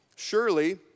Surely